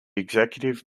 executive